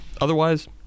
Otherwise